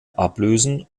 ablösen